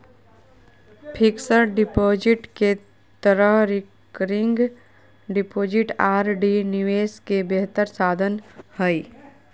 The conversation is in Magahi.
फिक्स्ड डिपॉजिट के तरह रिकरिंग डिपॉजिट आर.डी निवेश के बेहतर साधन हइ